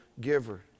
giver